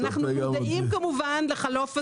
כי אנחנו מודעים כמובן לחלוף הזמן,